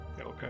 Okay